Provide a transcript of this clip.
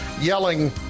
yelling